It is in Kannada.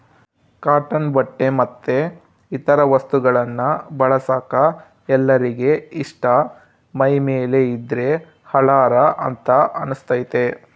ಕಾಟನ್ ಬಟ್ಟೆ ಮತ್ತೆ ಇತರ ವಸ್ತುಗಳನ್ನ ಬಳಸಕ ಎಲ್ಲರಿಗೆ ಇಷ್ಟ ಮೈಮೇಲೆ ಇದ್ದ್ರೆ ಹಳಾರ ಅಂತ ಅನಸ್ತತೆ